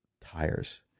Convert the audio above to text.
tires